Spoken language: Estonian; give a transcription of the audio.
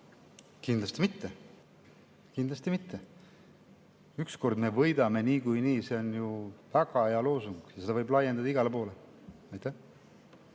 Kindlasti mitte, kindlasti mitte. "Ükskord me võidame niikuinii!" – see on ju väga hea loosung ja seda võib laiendada igale poole.